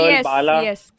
Yes